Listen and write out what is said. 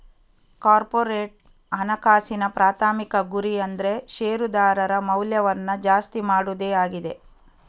corporate ಹಣಕಾಸಿನ ಪ್ರಾಥಮಿಕ ಗುರಿ ಅಂದ್ರೆ ಶೇರುದಾರರ ಮೌಲ್ಯವನ್ನ ಜಾಸ್ತಿ ಮಾಡುದೇ ಆಗಿದೆ